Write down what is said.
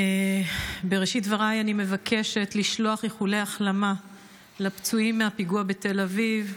בראשית דבריי אני מבקשת לשלוח איחולי החלמה לפצועים מהפיגוע בתל אביב.